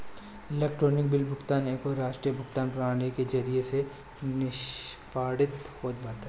electronic bill भुगतान एगो राष्ट्रीय भुगतान प्रणाली के जरिया से निष्पादित होत बाटे